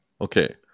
okay